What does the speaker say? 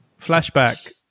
flashback